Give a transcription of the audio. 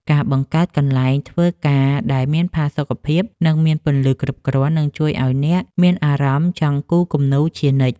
ការបង្កើតកន្លែងធ្វើការដែលមានផាសុកភាព និង មានពន្លឺគ្រប់គ្រាន់នឹងជួយឱ្យអ្នកមានអារម្មណ៍ចង់គូរគំនូរជានិច្ច។